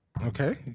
Okay